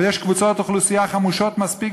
אבל יש קבוצות אוכלוסייה חמושות מספיק